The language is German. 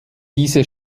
diese